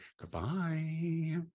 Goodbye